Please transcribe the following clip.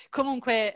Comunque